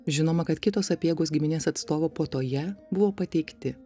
žinoma kad kitos sapiegos giminės atstovų puotoje buvo pateikti